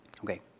Okay